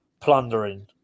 plundering